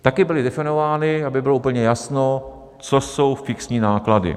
Taky byly definovány, aby bylo úplně jasno, co jsou fixní náklady.